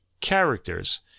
characters